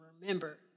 remember